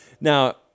Now